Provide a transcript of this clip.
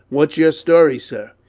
what's your story, sir?